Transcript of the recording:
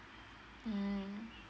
mm